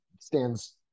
stands